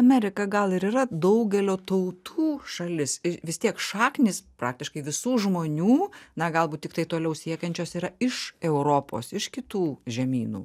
amerika gal ir yra daugelio tautų šalis ir vis tiek šaknys praktiškai visų žmonių na galbūt tiktai toliau siekiančios yra iš europos iš kitų žemynų